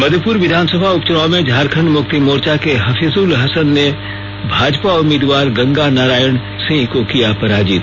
मध्यपुर विधानसभा उपचुनाव में झारखण्ड मुक्ति मोर्चा के हफीजुल हसन ने भाजपा उम्मीदवार गंगा नारायण सिंह को किया पराजित